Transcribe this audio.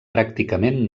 pràcticament